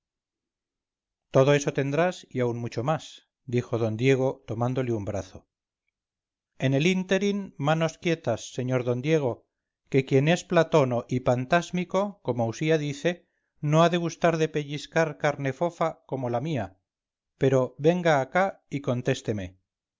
todo eso tendrás y aún mucho más dijo d diego tomándole un brazo en el ínterin